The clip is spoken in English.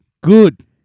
Good